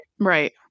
Right